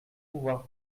pouvoir